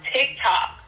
TikTok